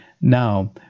now